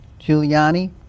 Giuliani